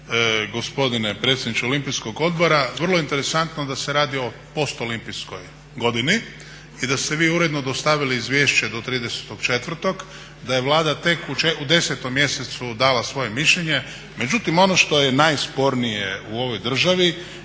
gospodine predsjedniče Olimpijskog odbora vrlo je interesantno da se radi o postolimpijskoj godini i da ste vi uredno dostavili izvješće do 30.4., da je Vlada tek u 10. mjesecu dala svoje mišljenje. Međutim, ono što je najspornije u ovoj državi